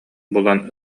булан